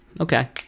okay